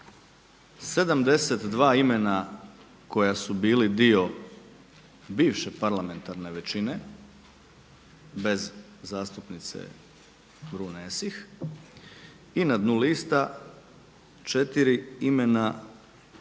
72 imena koja su bili dio bivše parlamentarne većine bez zastupnice Brune Esih i na dnu lista 4 imena kolega